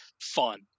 fun